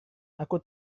aku